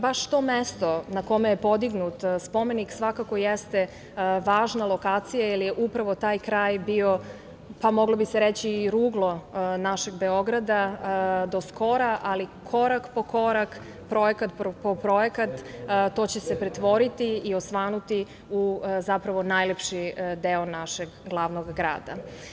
Baš to mesto na kome je podignut spomenik svakako jeste važna lokacija, jer je upravo taj kraj bio, pa moglo bi se reći, ruglo našeg Beograda do skora, ali korak po korak, projekat po projekat, to će se pretvoriti i osvanuti u zapravo, najlepši deo našeg glavnog grada.